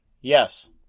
Yes